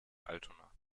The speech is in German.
altona